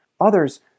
Others